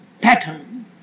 pattern